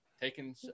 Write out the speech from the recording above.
taking